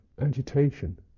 agitation